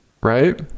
right